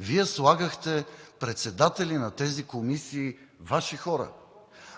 Вие слагахте председатели на тези комисии Ваши хора.